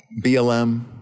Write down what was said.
BLM